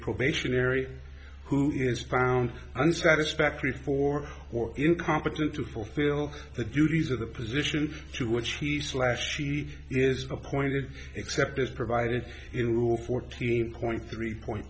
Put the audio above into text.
probationary who is found unsatisfactory for or incompetent to fulfill the duties of the position to which he slashed she is appointed except as provided in rule fourteen point three point